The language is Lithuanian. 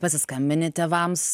pasiskambini tėvams